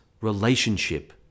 relationship